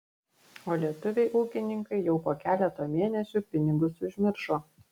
o lietuviai ūkininkai jau po keleto mėnesių pinigus užmiršo